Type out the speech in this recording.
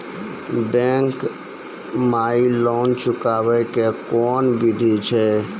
Bank माई loan चुकाबे के कोन बिधि छै?